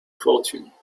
fortune